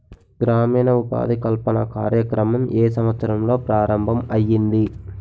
గ్రామీణ ఉపాధి కల్పన కార్యక్రమం ఏ సంవత్సరంలో ప్రారంభం ఐయ్యింది?